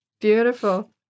Beautiful